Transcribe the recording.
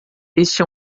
este